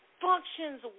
functions